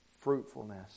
fruitfulness